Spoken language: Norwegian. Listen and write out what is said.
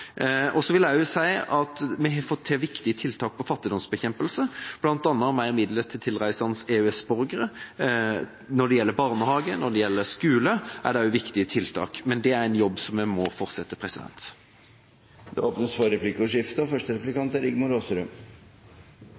unna. Så vil jeg også si at vi har fått til viktige tiltak for fattigdomsbekjempelse, bl.a. flere midler til tilreisende EØS-borgere. Når det gjelder barnehage og skole, er det også viktige tiltak, men det er en jobb vi må fortsette. Det blir replikkordskifte. Representanten Ropstad var i sitt innlegg bekymret for arbeidsledigheten, og det er